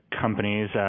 companies